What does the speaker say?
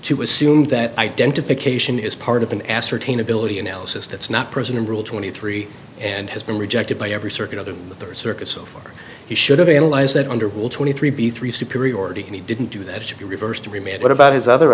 to assume that identification is part of an ascertain ability analysis that's not present in rule twenty three and has been rejected by every circuit of the circuit so far he should have analyzed that under will twenty three b three superiority and he didn't do that should be reversed to be made what about his other